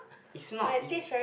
it's not if